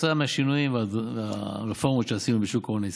כתוצאה מהשינויים והרפורמות שעשינו בשוק ההון הישראלי.